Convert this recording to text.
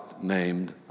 named